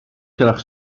cylch